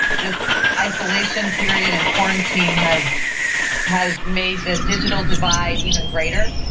this isolation period and quarantine has has made the digital divide even greater.